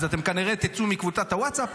אז כנראה שאתם תצאו מקבוצת הווטסאפ.